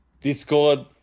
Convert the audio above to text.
Discord